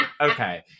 Okay